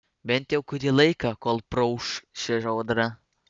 bent jau kurį laiką kol praūš ši audra